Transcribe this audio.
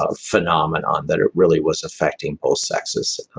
ah phenomenon that it really was affecting post sexist